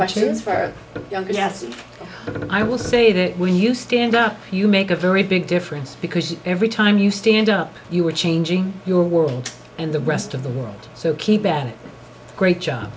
questions for the younger yes but i will say that when you stand up you make a very big difference because every time you stand up you are changing your world and the rest of the world so keep bad great job